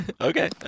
okay